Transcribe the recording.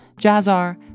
Jazzar